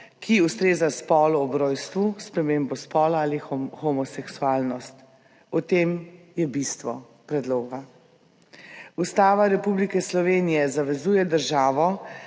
ki ustreza spolu ob rojstvu, spremembo spola ali homoseksualnost. V tem je bistvo predloga. Ustava Republike Slovenije zavezuje državo,